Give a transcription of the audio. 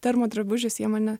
termo drabužius jie mane